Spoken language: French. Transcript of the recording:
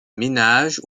ménages